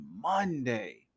Monday